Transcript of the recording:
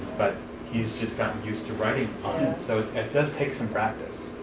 but he's just gotten used to writing on it. so it does take some practice.